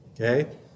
Okay